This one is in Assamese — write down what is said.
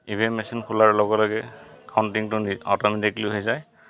ই ভি এম মেচিন খোলাৰ লগে লগে কাউণ্টিংটো অট'মেটিকলি হৈ যায়